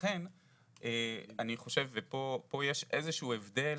לכן אני חושב, ופה יש איזה שהוא הבדל